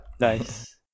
Nice